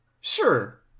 Sure